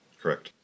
correct